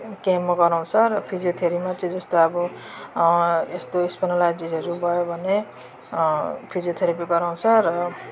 chemo गराउँछ र फिजियोथेरपीमा चाहिँ जस्तो अब एस्तो स्पोन्डिलाइटिसहरू भयो भने फिजियोथेरेपी गराउँछ र